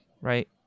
right